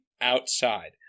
outside